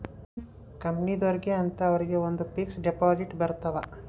ಕಂಪನಿದೊರ್ಗೆ ಅಂತ ಅವರಿಗ ಒಂದ್ ಫಿಕ್ಸ್ ದೆಪೊಸಿಟ್ ಬರತವ